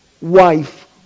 wife